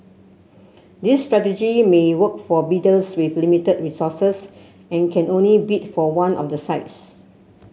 this strategy may work for bidders with limited resources and can only bid for one of the sites